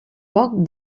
poc